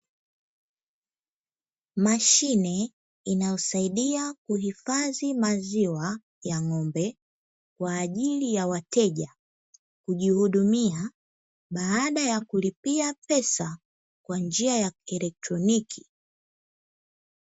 Mashine inaosaidia kuhifadhi maziwa ya ng’ombe, kwa ajili ya wateja kujihudumia baada ya kulipia pesa kwa njia ya kielektroniki.